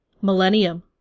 Millennium